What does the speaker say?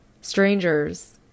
strangers